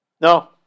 No